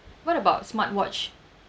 what about smartwatch